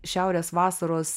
šiaurės vasaros